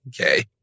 Okay